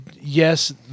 yes